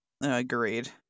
Agreed